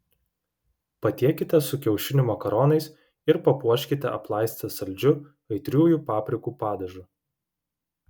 patiekite su kiaušinių makaronais ir papuoškite aplaistę saldžiu aitriųjų paprikų padažu